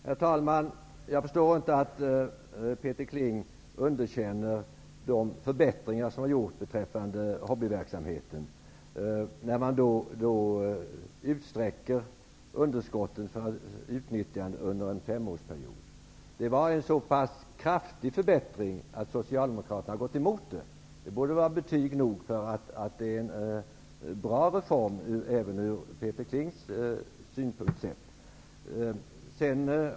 Herr talman! Jag förstår inte att Peter Kling underkänner de förbättringar som gjorts beträffande hobbyverksamheten. Man utsträcker utnyttjandet av underskotten till en femårsperiod. Det var en så kraftig förbättring att Socialdemokraterna gått emot den. Det borde vara betyg nog och tyda på att det är en bra reform, även från Peter Klings synpunkt sett.